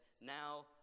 now